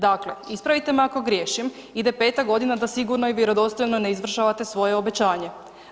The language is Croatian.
Dakle, ispravite me ako griješim ide peta godina da sigurno i vjerodostojno ne izvršavate svoje obećanje.